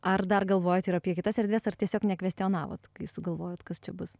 ar dar galvojot ir apie kitas erdves ar tiesiog nekvestionavot kai sugalvojot kas čia bus